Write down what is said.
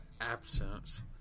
absence